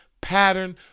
pattern